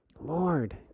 Lord